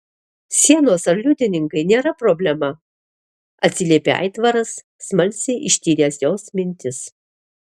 sienos ar liudininkai nėra problema atsiliepė aitvaras smalsiai ištyręs jos mintis